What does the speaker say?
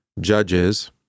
Judges